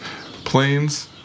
planes